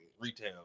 retail